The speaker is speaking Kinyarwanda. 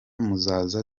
muzaza